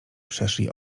przeszli